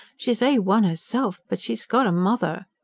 she's a one erself, but she's got a mother.